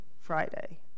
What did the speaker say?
Friday